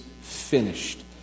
finished